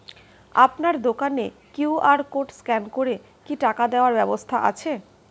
আপনার দোকানে QR code scan করে কি টাকা দেওয়ার ব্যবস্থা আছে?